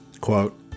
quote